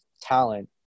talent